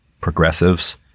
progressives